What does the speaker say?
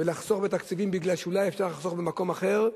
ולחסוך בתקציבים בגלל שאולי אפשר לחסוך במקום אחר,